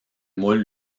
moule